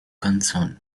concerned